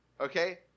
okay